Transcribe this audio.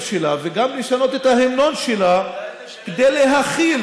שלה וגם לשנות את ההמנון שלה כדי להכיל,